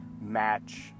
match